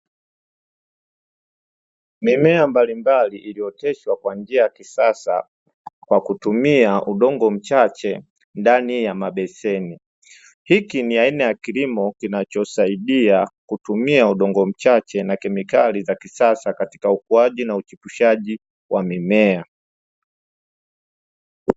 Mimea mbalimbali iliyooteshwa kwa njia ya kisasa kwa kutumia udongo mchache ndani ya mabeseni, hiki ni aina ya kilimo kinachosaidia kutumia udongo mchache, na kemikali za kisasa katika ukuaji na uchepushaji wa mimea.